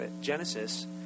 Genesis